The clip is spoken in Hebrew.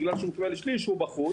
בגלל שהוא כבר עבר שליש הוא בחוץ,